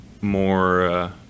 more